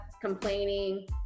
complaining